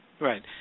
Right